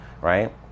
right